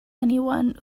anyone